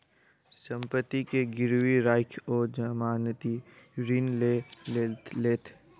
सम्पत्ति के गिरवी राइख ओ जमानती ऋण लय लेलैथ